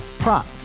Prop